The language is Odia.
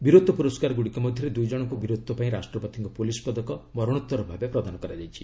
ବୀରତ୍ପ ପୁରସ୍କାର ଗୁଡ଼ିକ ମଧ୍ୟରେ ଦୁଇ ଜଣଙ୍କୁ ବୀରତ୍ୱ ପାଇଁ ରାଷ୍ଟ୍ରପତିଙ୍କ ପୁଲିସ୍ ପଦକ ମରଣୋଉର ଭାବେ ପ୍ରଦାନ କରାଯାଇଛି